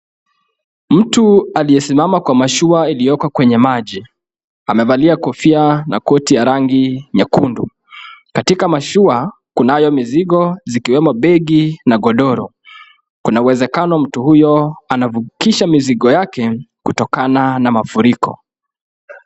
Mtu aliyesimama kwa mashua iliyoko kwenye maji, amevalia kofia na koti ya rangi nyekundu. Katika mashua kunayo mizigo zikiwemo bag na godoro. Kuna uwezekano mtu huyo anavukisha mizigo yake kutokana na mafuriko.